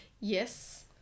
Yes